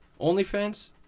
OnlyFans